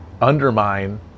undermine